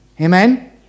Amen